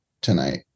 tonight